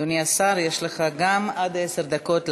אדוני השר, גם יש לך עד עשר דקות להשיב.